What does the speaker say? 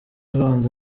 ivanze